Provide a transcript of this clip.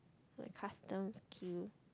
the custom queue